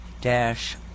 dash